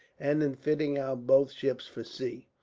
and in fitting out both ships for sea.